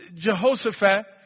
Jehoshaphat